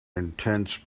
intense